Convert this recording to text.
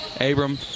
Abram